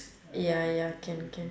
ya ya can can